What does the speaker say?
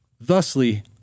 Thusly